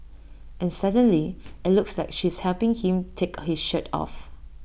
and suddenly IT looks like she's helping him take his shirt off